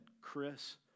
chris